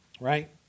right